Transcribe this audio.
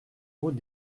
route